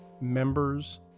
members